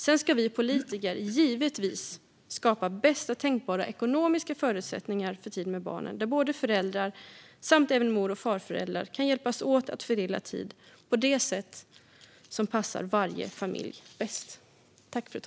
Sedan ska vi politiker givetvis skapa bästa tänkbara ekonomiska förutsättningar för tid med barnen där både föräldrar och mor och farföräldrar kan hjälpas åt och fördela tid på det sätt som passar varje familj bäst.